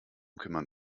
kümmern